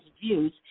views